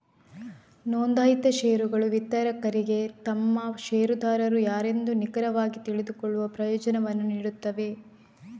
ನೋಂದಾಯಿತ ಷೇರುಗಳು ವಿತರಕರಿಗೆ ತಮ್ಮ ಷೇರುದಾರರು ಯಾರೆಂದು ನಿಖರವಾಗಿ ತಿಳಿದುಕೊಳ್ಳುವ ಪ್ರಯೋಜನವನ್ನು ನೀಡುತ್ತವೆ